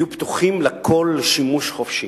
יהיו פתוחות לכול לשימוש חופשי,